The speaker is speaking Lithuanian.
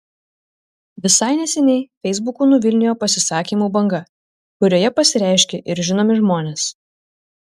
visai neseniai feisbuku nuvilnijo pasisakymų banga kurioje pasireiškė ir žinomi žmonės